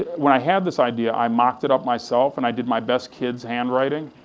when i had this idea, i mocked it up myself, and i did my best kid's handwriting,